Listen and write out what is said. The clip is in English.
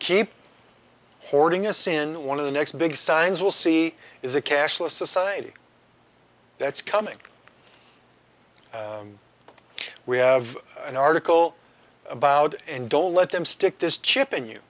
keep hording a sin one of the next big signs we'll see is a cashless society that's coming we have an article about and don't let him stick this chip in you